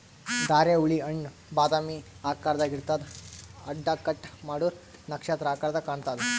ಧಾರೆಹುಳಿ ಹಣ್ಣ್ ಬಾದಾಮಿ ಆಕಾರ್ದಾಗ್ ಇರ್ತದ್ ಅಡ್ಡ ಕಟ್ ಮಾಡೂರ್ ನಕ್ಷತ್ರ ಆಕರದಾಗ್ ಕಾಣತದ್